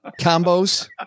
combos